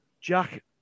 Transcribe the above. Jack